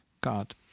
God